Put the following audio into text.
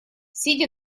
сидя